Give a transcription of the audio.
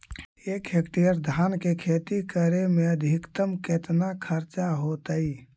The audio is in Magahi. एक हेक्टेयर धान के खेती करे में अधिकतम केतना खर्चा होतइ?